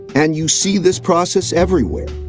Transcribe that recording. and you see this process everywhere.